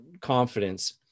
confidence